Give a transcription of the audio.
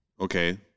okay